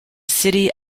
city